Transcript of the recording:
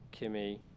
kimmy